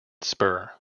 spur